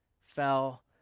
fell